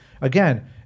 again